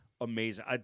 Amazing